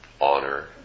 honor